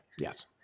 yes